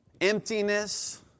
emptiness